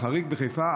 חריג בחיפה,